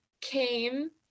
came